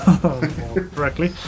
correctly